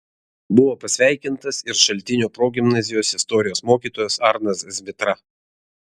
buvo pasveikintas ir šaltinio progimnazijos istorijos mokytojas arnas zmitra